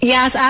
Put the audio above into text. Yes